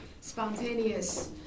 spontaneous